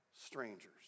strangers